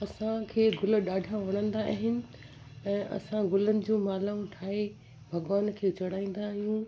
असांखे गुल ॾाढा वणंदा आहिनि ऐं असां गुलनि जो मालाऊं ठाहे भॻिवान खे चढ़ाईंदा आहियूं